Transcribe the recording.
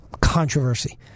controversy